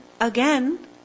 again